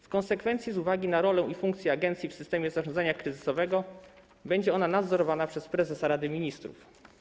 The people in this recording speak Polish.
W konsekwencji tego z uwagi na rolę i funkcję agencji w systemie zarządzania kryzysowego będzie ona nadzorowana przez prezesa Rady Ministrów.